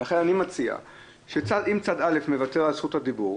ולכן אני מציע שאם צד א' מוותר על זכות הדיבור,